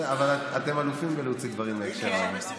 אבל אתם אלופים בלהוציא דברים מהקשרם,